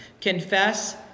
Confess